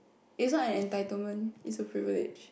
it's not an entitlement it's a privilege